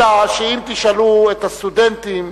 אלא שאם תשאלו את הסטודנטים,